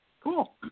Cool